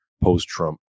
post-Trump